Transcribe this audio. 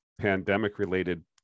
pandemic-related